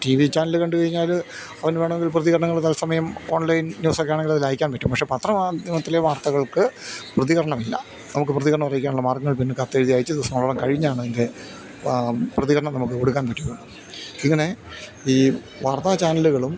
T V channel കണ്ടുകഴിഞ്ഞാല് അവന് വേണമെങ്കിൽ പ്രതികരണങ്ങള് തത്സമയം ഓൺലൈൻ ന്യൂസൊക്കെയാണെങ്കിൽ അതിൽ അയയ്ക്കാൻ പറ്റും പക്ഷേ പത്രമാധ്യമത്തിലെ വാർത്തകൾക്ക് പ്രതികരണമില്ല നമുക്ക് പ്രതികരണം അറിയിക്കാനുള്ള മാർഗങ്ങൾ പിന്നെ കത്തെഴുതിയയച്ച് ദിവസങ്ങളോളം കഴിഞ്ഞാണ് അതിൻ്റെ പ്രതികരണം നമുക്ക് കൊടുക്കാൻ പറ്റുകയുള്ളൂ ഇങ്ങനെ ഈ വാർത്താ ചാനലുകളും